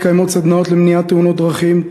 בצה"ל מתקיימות סדנאות למניעת תאונות דרכים,